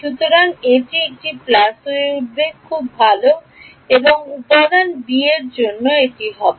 সুতরাং এটি একটি প্লাস হয়ে উঠবে খুব ভাল এবং উপাদান খ এ এটি হয়ে যাবে